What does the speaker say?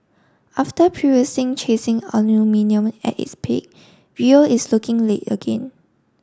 after previous chasing aluminium at its peak Rio is looking late again